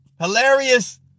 Hilarious